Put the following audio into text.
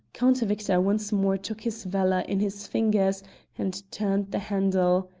count victor once more took his valour in his fingers and turned the handle.